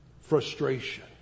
frustration